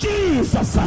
Jesus